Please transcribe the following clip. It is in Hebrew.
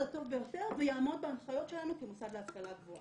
הטוב ביותר ויעמוד בהנחיות שלנו כמוסד להשכלה גבוהה.